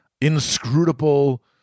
inscrutable